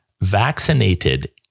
vaccinated